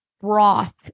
broth